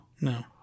No